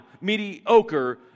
mediocre